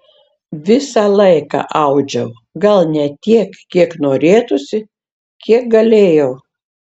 visą laiką audžiau gal ne tiek kiek norėtųsi kiek galėjau